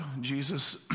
Jesus